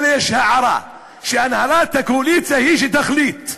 אבל יש הערה שהנהלת הקואליציה היא שתחליט.